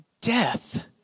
death